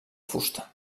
fusta